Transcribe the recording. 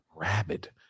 rabid